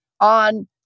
on